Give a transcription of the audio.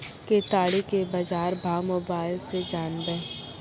केताड़ी के बाजार भाव मोबाइल से जानवे?